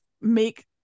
make